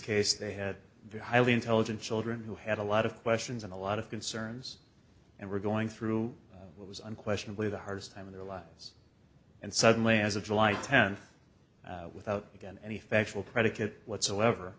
case they had very highly intelligent children who had a lot of questions and a lot of concerns and were going through what was unquestionably the hardest time in their lives and suddenly as of july tenth without again any factual predicate whatsoever